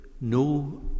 no